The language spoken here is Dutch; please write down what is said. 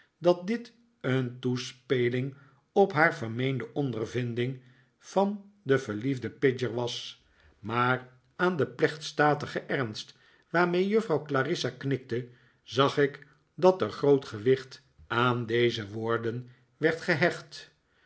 dat dit een toe speling op haar vermeende ondervinding van den verliefden pidger was maar aan den plechtstatigen ernst waarmee juffrouw clarissa knikte zag ik dat er groot gewicht aan deze woorden werd gehecht